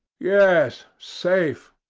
yes, safe.